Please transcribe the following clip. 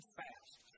fast